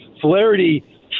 Flaherty